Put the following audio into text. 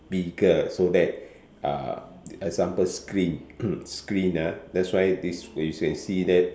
bigger so that uh example screen screen ah that's why this you can see that